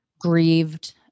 grieved